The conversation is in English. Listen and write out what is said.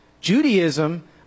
Judaism